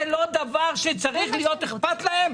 זה לא דבר שצריך להיות אכפת להם,